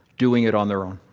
doing it on their own.